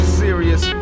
serious